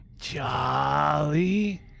Jolly